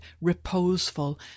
reposeful